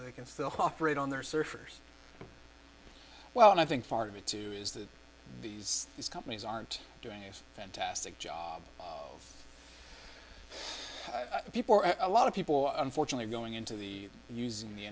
they can still cooperate on their surfers well and i think part of it too is that these these companies aren't doing a fantastic job of people a lot of people unfortunately going into the using the